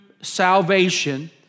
salvation